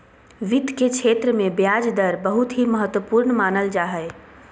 वित्त के क्षेत्र मे ब्याज दर बहुत ही महत्वपूर्ण मानल जा हय